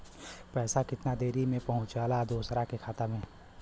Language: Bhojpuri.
पैसा कितना देरी मे पहुंचयला दोसरा के खाता मे?